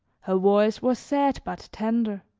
her voice was sad but tender.